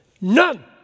None